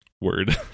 word